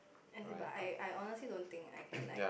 as in but I I honestly don't think I can like